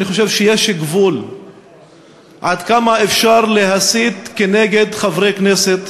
אני חושב שיש גבול כמה אפשר להסית נגד חברי כנסת,